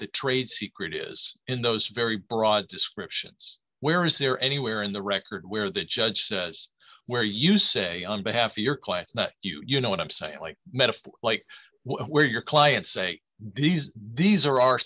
the trade secret is in those very broad descriptions where is there anywhere in the record where the judge says where you say on behalf of your clients not you you know what i'm saying like metaphor like where your clients say these these are our